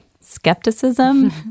Skepticism